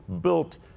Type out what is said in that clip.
built